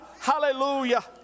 hallelujah